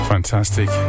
Fantastic